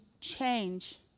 change